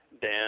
Dan